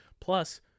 Plus